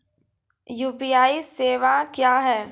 UPI सेवा क्या हैं?